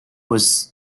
was